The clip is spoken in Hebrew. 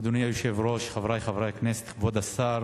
אדוני היושב-ראש, חברי חברי הכנסת, כבוד השר,